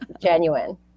genuine